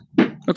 Okay